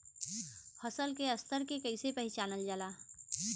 फसल के स्तर के कइसी पहचानल जाला